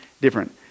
different